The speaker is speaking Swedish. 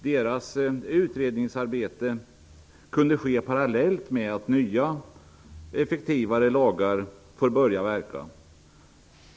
Deras utredningsarbete kunde ske parallellt med att nya och effektivare lagar får börja att verka.